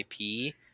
IP